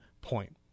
point